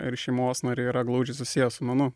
ir šeimos nariai yra glaudžiai susiję su menu